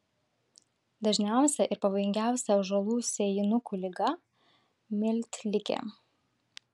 dažniausia ir pavojingiausia ąžuolų sėjinukų liga miltligė